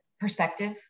perspective